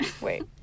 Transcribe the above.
wait